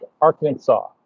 Arkansas